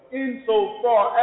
insofar